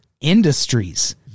industries